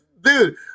dude